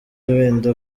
wenda